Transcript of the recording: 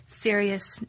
Serious